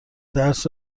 درس